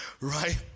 right